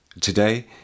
Today